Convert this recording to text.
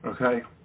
Okay